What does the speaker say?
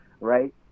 right